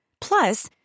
Plus